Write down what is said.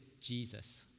jesus